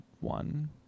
one